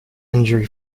injury